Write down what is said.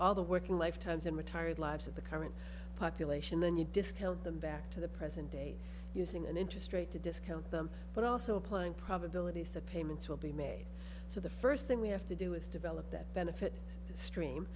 all the working life times and retired lives of the current population then you discount them back to the present day using an interest rate to discount them but also applying probabilities the payments will be made so the first thing we have to do is develop that benefit stream